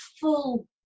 full